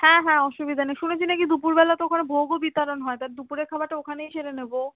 হ্যাঁ হ্যাঁ অসুবিধা নেই শুনেছি নাকি দুপুরবেলাতে ওখানে ভোগও বিতরণ হয় তা দুপুরের খাবারটা ওখানেই সেরে নেবো